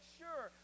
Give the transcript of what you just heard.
sure